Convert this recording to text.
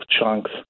chunks